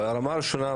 אבל הרמה הראשונה,